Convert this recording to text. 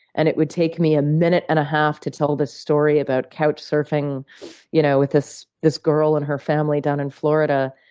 and it would take me a minute and a half to tell this story about couch-surfing you know with this this girl and her family down in florida.